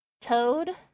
Toad